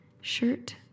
shirt